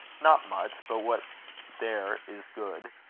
not much but what there is, good.